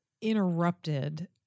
interrupted